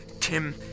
Tim